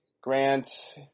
Grant